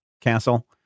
castle